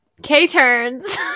K-turns